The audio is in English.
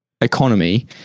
economy